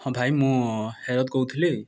ହଁ ଭାଇ ମୁ ହେରତ୍ କହୁଥିଲି